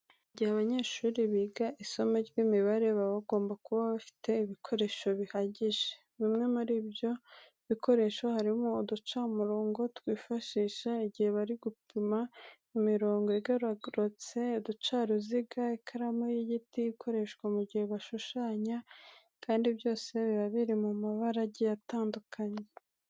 Mu gihe abanyeshuri biga isomo ry'imibare, baba bagomba kuba bafite ibikoresho bihagije. Bimwe muri ibyo bikoresho harimo uducamurongo twifashishwa igihe bari gupima imirongo igororotse, uducaruziga, ikaramu y'igiti ikoreshwa mu gihe bashushyanya kandi byose biba biri mu mabara agiye atandukanye.